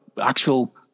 actual